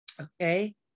okay